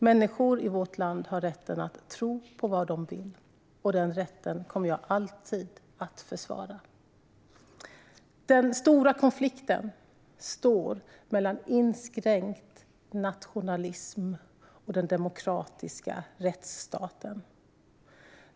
Människor i vårt land har rätten att tro på vad de vill, och den rätten kommer jag alltid att försvara. Den stora konflikten står mellan inskränkt nationalism och den demokratiska rättsstaten.